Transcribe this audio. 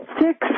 six